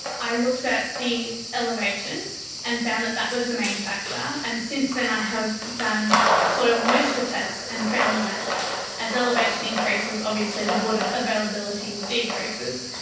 i looked at the elevation and found that that was the main factor. and since then i have done soil moisture tests and found that as elevation increases, obviously the water availability decreases.